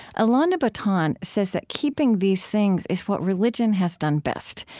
alain de botton says that keeping these things is what religion has done best,